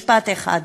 משפט אחד: